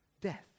death